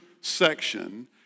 section